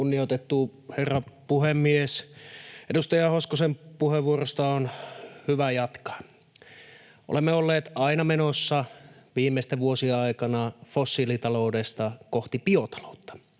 Kunnioitettu herra puhemies! Edustaja Hoskosen puheenvuorosta on hyvä jatkaa. Olemme olleet aina menossa viimeisten vuosien aikana fossiilitaloudesta kohti biotaloutta.